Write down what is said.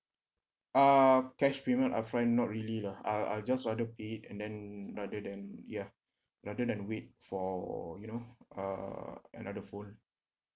uh cash payment upfront not really lah I I'll just rather pay it and then rather than ya rather than wait for you know uh another phone